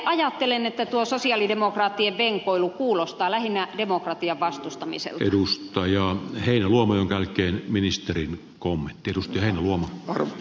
kyllä ajattelen että tuo sosialidemokraattien venkoilu kuulostaa lähinnä demokratian vastustamiselta edustaja on heinäluoman kaikkien ministerien koommin tiedustelee luomu on